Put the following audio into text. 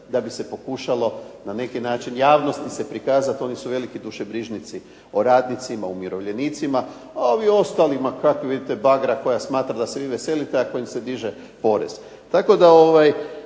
da bi se pokušalo na neki način javnosti se prikazati, oni su veliki dušobrižnici o radnicima, umirovljenicima, a ovi ostali ma kakvi, vidite bagra koja smatra da se vi veselite ako im se diže porez.